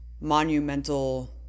monumental